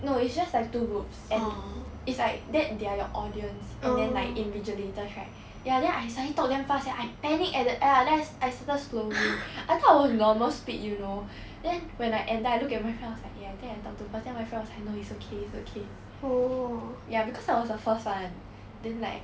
no it's just like two groups and it's like that they are your audience and then like invigilators right ya then I suddenly talk damn fast sia I panic at the end and then I started slowly I thought I was normal speed you know then when I ended I looked at my friend eh I think I talk to fast my friend was like no it's okay it's okay ya because I was the first one then like